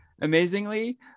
amazingly